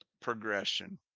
progression